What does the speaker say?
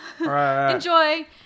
enjoy